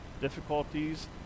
difficulties